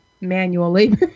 Manually